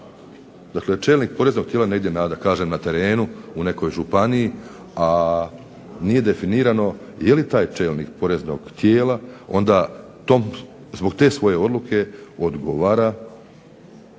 dakle čelnik poreznog tijela negdje da kažem na terenu, u nekoj županiji, a nije definirano je li taj čelnik poreznog tijela onda zbog te svoje odluke odgovara